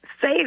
say